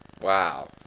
Wow